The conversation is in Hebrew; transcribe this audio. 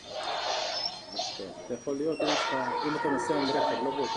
לא,